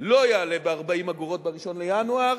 לא יעלה ב-40 אגורות ב-1 בינואר.